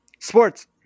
Sports